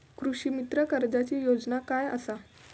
कृषीमित्र कर्जाची योजना काय असा?